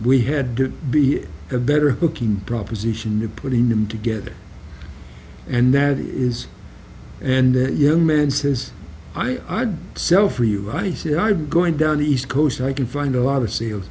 we had to be a better looking proposition of putting them together and that is and that young man says i i'd sell for you i said i'm going down east coast i can find a lot of sa